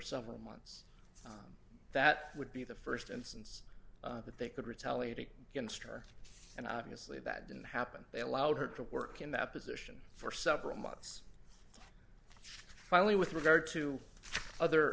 summer months that would be the st instance that they could retaliate against her and obviously that didn't happen they allowed her to work in that position for several months finally with regard to other